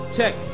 Check